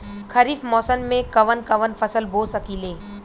खरिफ मौसम में कवन कवन फसल बो सकि ले?